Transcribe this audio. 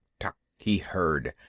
he heard,